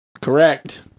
Correct